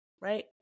right